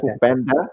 Panda